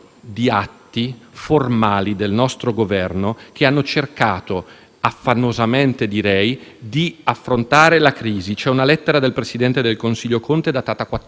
di affrontare la crisi. C'è una lettera del presidente del consiglio Conte datata 14 luglio, che mette in allarme l'Europa sostenendo l'impossibilità per l'Italia di continuare ad